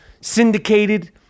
syndicated